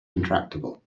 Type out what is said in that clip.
intractable